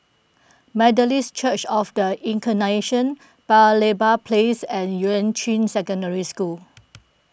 Methodist Church of the Incarnation Paya Lebar Place and Yuan Ching Secondary School